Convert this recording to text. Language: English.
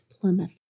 Plymouth